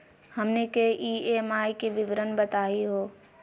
हमनी के ई.एम.आई के विवरण बताही हो?